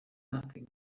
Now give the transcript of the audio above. nothing